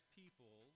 people